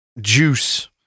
juice